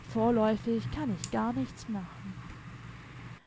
vorläufig kann ich gar nichts machen